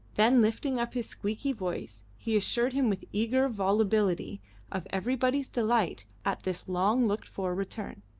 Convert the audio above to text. then lifting up his squeaky voice he assured him with eager volubility of everybody's delight at this long-looked-for return.